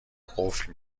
قفل